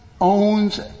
owns